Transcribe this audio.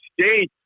States